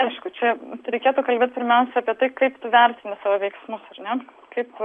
aišku čia reikėtų kalbėt pirmiausia apie tai kaip tu vertini savo veiksmus ar ne kaip